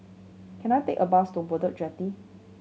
can I take a bus to Bedok Jetty